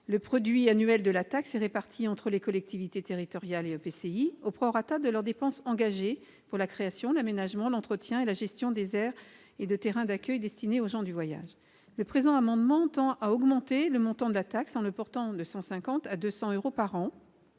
Le produit annuel de la taxe est réparti entre les collectivités territoriales et les EPCI au prorata de leurs dépenses engagées pour la création, l'aménagement, l'entretien et la gestion d'aires et de terrains d'accueil destinés aux gens du voyage. Le présent amendement tend à augmenter le montant de la taxe, en le portant de 150 à 200 euros par an,